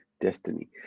destiny